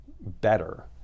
better